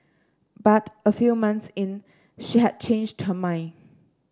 but a few months in she had changed her mind